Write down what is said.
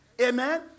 Amen